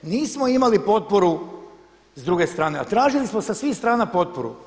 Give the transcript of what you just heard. Nismo imali potporu s druge strane, a tražili smo sa svih strana potporu.